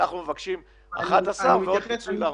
אנחנו מבקשים 11 מיליון ועוד פיצוי לארנונה.